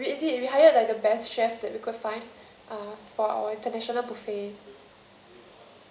yes we did we hired like the best chef that we could find uh for our international buffet